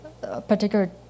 particular